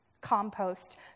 compost